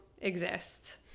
exist